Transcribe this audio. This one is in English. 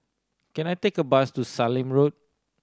can I take a bus to Sallim Road